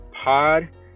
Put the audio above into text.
pod